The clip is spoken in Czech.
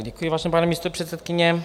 Děkuji, paní místopředsedkyně.